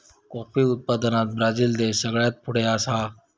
coffee उत्पादनात Brazil देश सगळ्यात पुढे हा